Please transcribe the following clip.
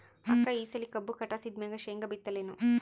ಅಕ್ಕ ಈ ಸಲಿ ಕಬ್ಬು ಕಟಾಸಿದ್ ಮ್ಯಾಗ, ಶೇಂಗಾ ಬಿತ್ತಲೇನು?